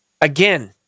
Again